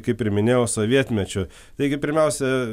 kaip ir minėjau sovietmečiu taigi pirmiausia